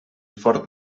fort